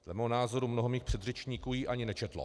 Dle mého názoru mnoho mých předřečníků ji ani nečetlo.